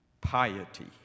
piety